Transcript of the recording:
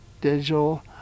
digital